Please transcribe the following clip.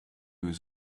was